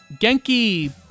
Genki